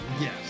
Yes